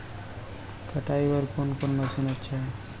कटाई बर कोन कोन मशीन अच्छा हे?